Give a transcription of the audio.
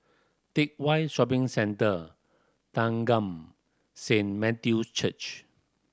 Teck Whye Shopping Centre Thanggam Saint Matthew Church